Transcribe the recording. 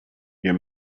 your